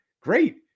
great